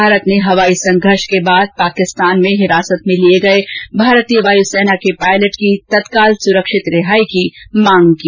भारत ने हवाई संघर्ष के बाद पाकिस्तान में हिरासत में लिए गए भारतीय वायु सेना के पायलट की तत्काल सुरक्षित रिहाई की मांग की